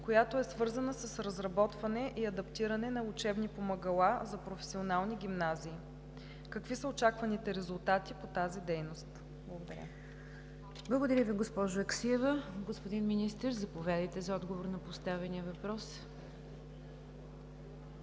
която е свързана с разработване и адаптиране на учебни помагала за професионални гимназии. Какви са очакваните резултати по тази дейност? Благодаря. ПРЕДСЕДАТЕЛ НИГЯР ДЖАФЕР: Благодаря Ви, госпожо Аксиева. Господин Министър, заповядайте за отговор на поставения въпрос. МИНИСТЪР